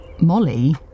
Molly